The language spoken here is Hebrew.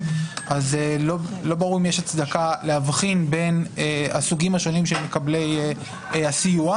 אז לא ברור אם יש הצדקה להבחין בין הסוגים השונים של מקבלי הסיוע,